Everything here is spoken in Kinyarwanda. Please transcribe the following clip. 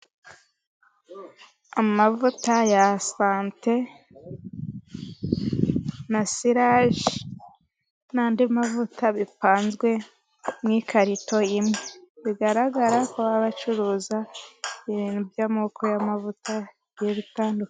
Amavuta ya sante na silaje, n'andi mavuta bipanzwe mu ikarito imwe. Bigaragara ko bacuruza ibintu by'amoko y'amavuta bigiye bitandukanye.